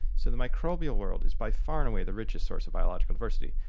so the microbial world is by far and away the richest source of biological diversity.